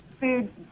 food